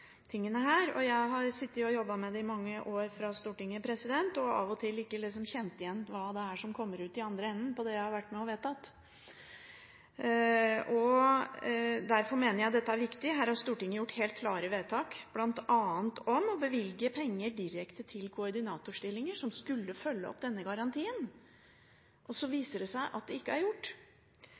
Og jeg har sittet og jobbet med det i mange år fra Stortinget, men av og til ikke kjent igjen hva som kommer ut i andre enden når det gjelder det jeg har vært med på å vedta. Derfor mener jeg dette er viktig. Her har Stortinget gjort helt klare vedtak, bl.a. om å bevilge penger direkte til koordinatorstillinger som skulle følge opp denne garantien. Så viser det seg at det ikke er gjort.